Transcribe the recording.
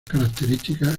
características